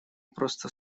просто